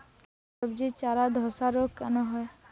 সবজির চারা ধ্বসা রোগ কেন হয়?